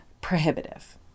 Prohibitive